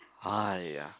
!aiya!